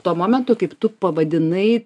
tuo momentu kaip tu pavadinai